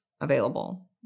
available